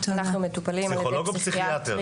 אנחנו מטופלים על ידי פסיכיאטרית.